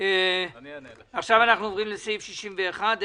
עוברים לאישור מוסדות ציבור לעניין סעיף 61 לחוק מיסוי מקרקעין.